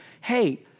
hey